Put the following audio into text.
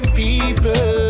people